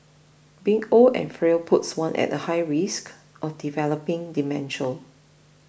being old and frail puts one at a high risk of developing dementia